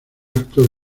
acto